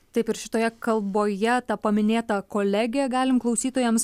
taip ir šitoje kalboje tą paminėtą kolegę galim klausytojams